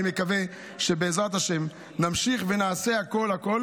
אני מקווה שבעזרת השם נמשיך ונעשה הכול הכול